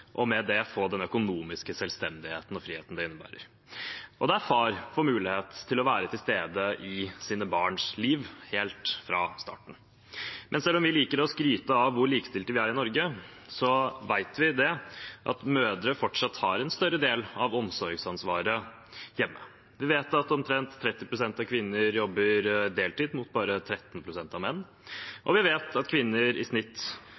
og med det får den økonomiske selvstendigheten og friheten det innebærer, og der far får mulighet til å være til stede i sine barns liv helt fra starten. Men selv om vi liker å skryte av hvor likestilte vi er i Norge, vet vi at mødre fortsatt tar en større del av omsorgsansvaret hjemme. Vi vet at omtrent 30 pst. av kvinner jobber deltid, mot bare 13 pst. av menn, og vi vet at kvinner i snitt